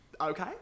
okay